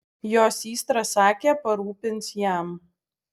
jo systra sakė parūpins jam